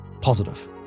positive